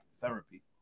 therapy